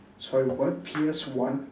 sorry what P_S one